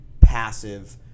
passive